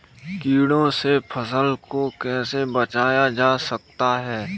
कीटों से फसल को कैसे बचाया जा सकता है?